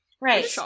Right